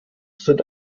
sind